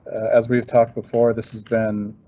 as we've talked before, this has been.